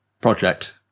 project